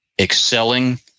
excelling